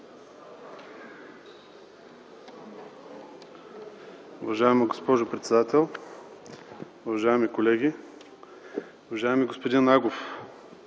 Уважаема госпожо председател, уважаеми колеги! Уважаеми господин Агов,